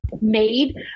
made